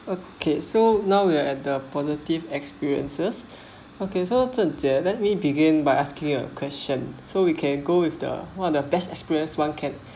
okay so now we are at the positive experiences okay so zhen jie let me begin by asking a question so we can go with the one of the best experience one can